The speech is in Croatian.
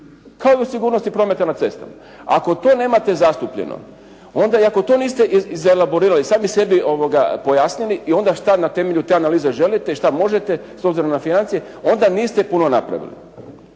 kao i u sigurnosti prometa na cestama. Ako to nemate zastupljeno onda i ako to niste izelaborirali i sami sebi pojasnili i onda šta na temelju te analize želite i šta možete s obzirom na financije onda niste puno napredovali.